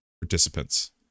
participants